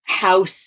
house